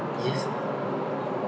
yes